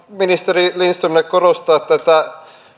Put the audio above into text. ministeri lindströmille korostaa tätä